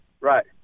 right